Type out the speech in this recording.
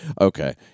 Okay